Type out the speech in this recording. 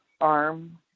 arm